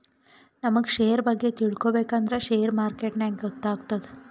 ನಮುಗ್ ಶೇರ್ ಬಗ್ಗೆ ತಿಳ್ಕೋಬೇಕು ಅಂದ್ರ ಶೇರ್ ಮಾರ್ಕೆಟ್ ನಾಗೆ ಗೊತ್ತಾತ್ತುದ